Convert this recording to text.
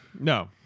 no